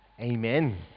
Amen